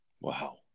Wow